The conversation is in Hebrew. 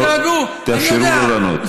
תאפשרו לו לענות.